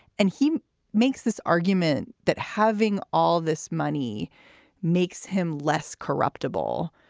and he makes this argument that having all this money makes him less corruptible.